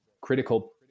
critical